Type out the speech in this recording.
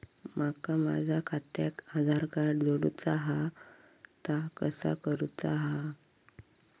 माका माझा खात्याक आधार कार्ड जोडूचा हा ता कसा करुचा हा?